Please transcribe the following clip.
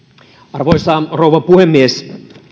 arvoisa rouva puhemies